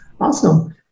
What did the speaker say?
awesome